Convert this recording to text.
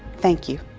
thank you.